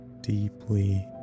deeply